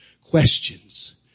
questions